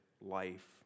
life